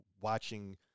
watching